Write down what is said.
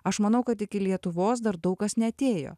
aš manau kad iki lietuvos dar daug kas neatėjo